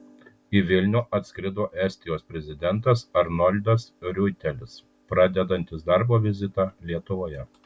į vilnių atskrido estijos prezidentas arnoldas riuitelis pradedantis darbo vizitą lietuvoje